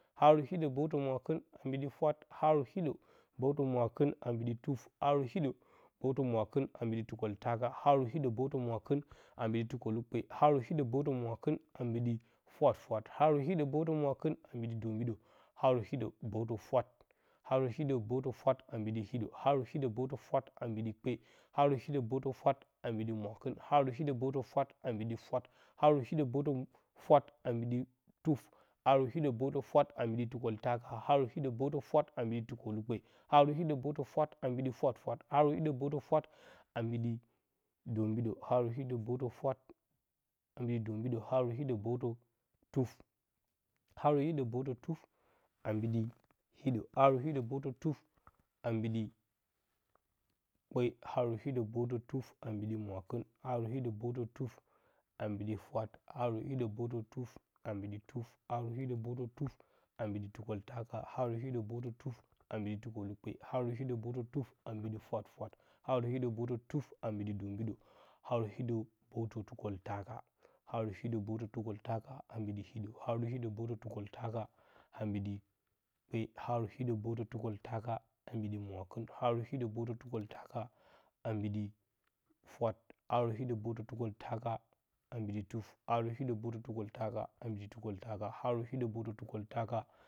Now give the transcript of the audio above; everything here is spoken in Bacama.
Haarə hiɗə bəwtə mwakɨn a mbiɗi firat, haarə hiɗə bəwtə mwakɨ a mbɨdi tuf, haarə hiɗə bəwtə mwakɨn a mbiɗi takaltaka, haarə hiɗə bəwtə mwakɨn a mbiɗi tukolukpu, haarə hiɗə bəwtə inwakɨn a mbiɗi fwafwat- haarə hiɗə bəwtaurn mwakɨn a mbiɗi dombiɗə haarə hiɗə bəwtə fwat. Haarə hiɗə bəwtə fwat a mbiɗi hiɗə, haarə hiɗə bəwtə fwat a mbiɗi kpe, haarə hiɗə bəwtə fwat a mbiɗi mwakɨn, haarə hiɗə bəwtə fwat a mbiɗi fwat, haarə hiɗə bəutə fwat a mbiɗi mwa a mbiɗi tuf, haarə hiɗə bəwtə firat a mbiɗi tukoltaka, haarə hiɗə bəwtə fwat a mbiɗi tukolukpe, haarə hidə bəwtə fwat a mbiɗi fwafwat, haarə hiɗə bəwtə fwat a mbidi dombiɗə, haarə hiɗə bəwtə fwat ambiɗi dombiɗə, haarə hidə bəwtə tuf. Haarə hiɗə bəwtə tuf a mbiɗi hiɗə, haarə hiɗə bəwtə tuf a mbiɗi kpe, haarə hiɗə bətə tuf a mbiɗi mwakɨ, haarə hiɗə bəwtə tuf a mbiɗi fwat, haarə hiɗə bəwtə tuf a mbiɗi tuf, haarə hiɗə bəwtə tuf a mbiɗi tukoltaka, haarə hiɗə bəwtə tuf a mbiɗi tukolukpe. k haarə hidə bəwtə tuf a mbiɗi fwafwat, haarə hiɗə bəwtə tuf a mbiɗi dombiɗə, haarə hiɗrə bəwtə tukoltaka. Haarə hiɗə bəwtə tukoltaka a mbiɗi hiɗə, haarə hiɗə bəwtə tukoltaka a mbiɗi kpe, haarə hiɗə bəwtə tukoltaka a mbiɗi mwakɨn, haarə hiɗə bəwtə tukoltaka a mbiɗi fwat, haarə hiɗə bəwtə tukeltaka a mbiɗi tuf, haarə hiɗə bəwtə tukoltaka a mbidi tukoltaka, haarə hiɗə bəwtə tukoltaka.